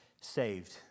saved